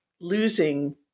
losing